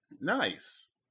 Nice